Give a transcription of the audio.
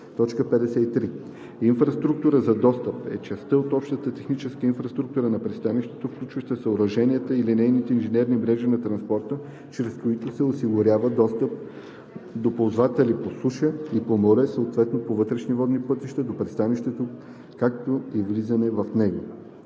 53. „Инфраструктура за достъп“ е частта от общата техническа инфраструктура на пристанището, включваща съоръженията и линейните инженерни мрежи на транспорта, чрез които се осигурява достъп на ползвателите по суша и по море, съответно по вътрешни водни пътища, до пристанището, както и влизане в него.